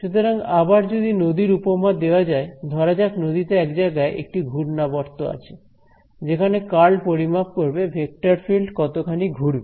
সুতরাং আবার যদি নদীর উপমা দেয়া যায় ধরা যাক নদীতে এক জায়গায় একটি ঘূর্ণাবর্ত আছে যেখানে কার্ল পরিমাপ করবে ভেক্টর ফিল্ড কতখানি ঘুরবে